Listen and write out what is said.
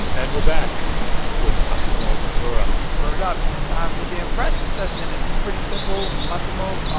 and we're back with massimo bottura word up. and it's time for their impression session. it's pretty simple. massimo,